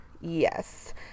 yes